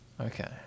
Okay